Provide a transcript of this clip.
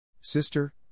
Sister